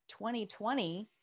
2020